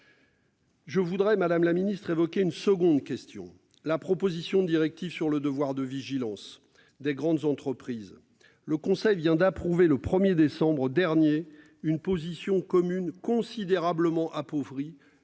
Je voudrais madame la ministre évoquait une seconde question. La proposition de directive sur le devoir de vigilance des grandes entreprises le Conseil vient d'approuver le 1er décembre dernier une position commune considérablement appauvri